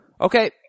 okay